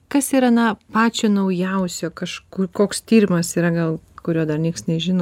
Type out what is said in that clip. kas yra na pačio naujausio kažkur koks tyrimas yra gal kurio dar nieks nežino